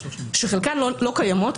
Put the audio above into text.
שחלקן לא קיימות,